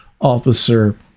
Officer